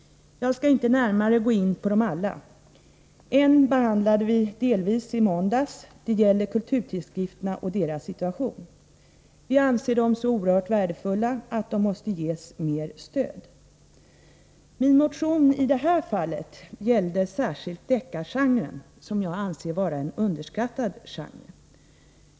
Jag skall inte närmare gå in på dem alla. En behandlade vi delvis i måndags — det gäller kulturtidskrifterna och deras situation. Vi anser dem så oerhört värdefulla att de måste ges mer stöd. Min motion i detta fall gällde särskilt deckargenren, som jag anser vara en underskattad genre.